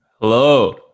Hello